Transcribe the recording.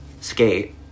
skate